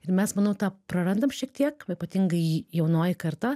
ir mes manau tą prarandam šiek tiek ypatingai jaunoji karta